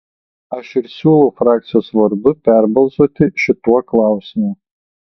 aš ir siūlau frakcijos vardu perbalsuoti šituo klausimu